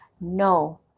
No